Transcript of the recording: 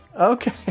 Okay